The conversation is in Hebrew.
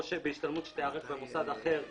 "או בהשתלמות שתיערך במוסד אחר,